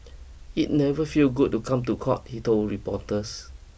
it never feel good to come to court he told reporters